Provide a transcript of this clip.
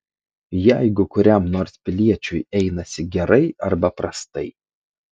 jeigu kuriam nors piliečiui einasi gerai arba prastai